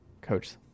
Coach